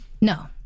No